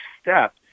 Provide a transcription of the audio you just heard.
step